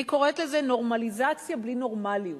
אני קוראת לזה נורמליזציה בלי נורמליות,